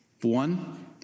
One